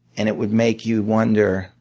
and it would make you wonder,